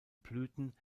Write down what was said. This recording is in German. blüten